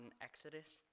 Exodus